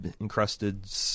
encrusted